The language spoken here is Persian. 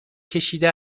کشیده